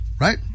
Right